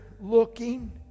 looking